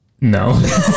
No